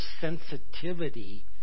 sensitivity